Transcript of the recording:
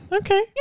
Okay